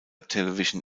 television